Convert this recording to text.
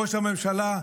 ראש הממשלה,